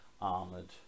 armored